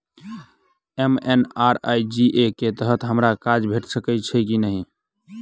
MNREGA कऽ तहत हमरा काज भेट सकय छई की नहि?